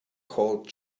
called